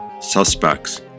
suspects